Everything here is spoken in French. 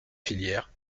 filière